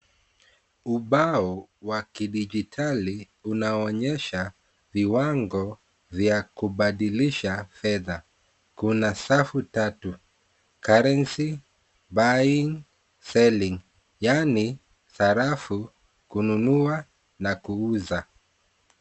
Ubao wa kidijitali unaonyesha viwango vya kubadilisha fedha kuna safu tatu currency [ cs] buying selling yaani sarafu kununua na kuuza.